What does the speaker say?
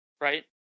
Right